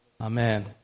Amen